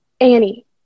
Annie